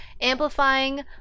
Amplifying